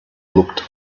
looked